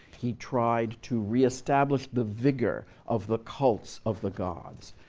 he tried to reestablish the vigor of the cults of the gods.